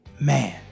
man